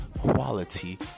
quality